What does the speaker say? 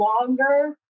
longer